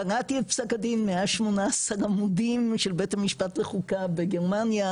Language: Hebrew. קראתי את פסק הדין 118 עמודים של בית המשפט לחוקה בגרמניה,